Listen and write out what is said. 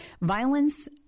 violence